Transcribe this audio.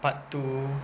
part two